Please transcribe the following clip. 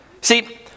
See